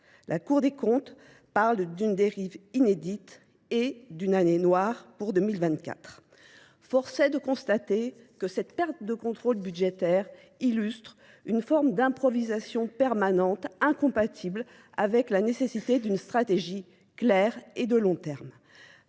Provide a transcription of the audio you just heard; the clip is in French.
La Cour des comptes parle d'une dérive inédite et d'une année noire pour 2024. forçait de constater que cette perte de contrôle budgétaire illustre une forme d'improvisation permanente incompatible avec la nécessité d'une stratégie claire et de long terme.